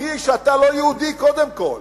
קרי: שאתה לא יהודי, קודם כול.